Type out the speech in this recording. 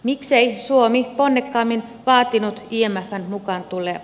miksei suomi ponnekkaammin vaatinut imfn mukaantuloa